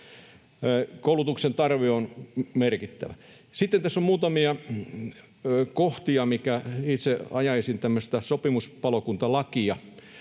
Koulutuksen tarve on merkittävä. Sitten tässä on muutamia kohtia, mitä itse ajaisin: Tämmöistä sopimuspalokuntalakia